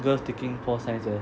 those taking pure science eh